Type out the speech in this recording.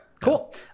cool